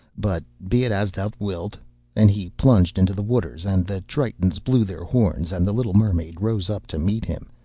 but be it as thou wilt and he plunged into the waters and the tritons blew their horns and the little mermaid rose up to meet him,